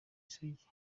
isugi